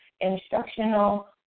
instructional